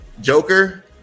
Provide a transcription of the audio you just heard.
Joker